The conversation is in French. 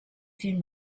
films